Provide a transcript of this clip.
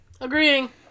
Agreeing